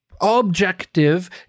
objective